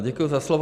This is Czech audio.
Děkuji za slovo.